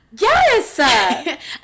Yes